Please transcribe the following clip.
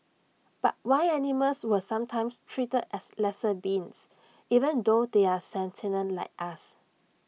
but why animals were sometimes treated as lesser beings even though they are sentient like us